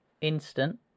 Instant